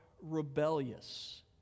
rebellious